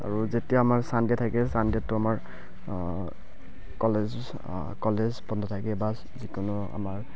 আৰু যেতিয়া আমাৰ ছানডে' থাকে ছানডে'টো আমাৰ কলেজ কলেজ বন্ধ থাকে বা যিকোনো আমাৰ